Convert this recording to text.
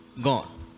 gone